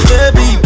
Baby